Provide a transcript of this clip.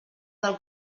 del